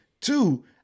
Two